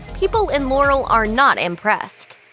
people in laurel are not impressed.